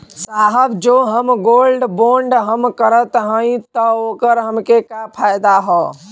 साहब जो हम गोल्ड बोंड हम करत हई त ओकर हमके का फायदा ह?